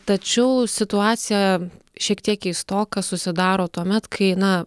tačiau situacija šiek tiek keistoka susidaro tuomet kai na